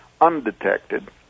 undetected